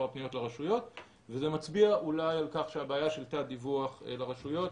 הפניות לרשויות וזה מצביע אולי על כך שהבעיה של תת דיווח לרשויות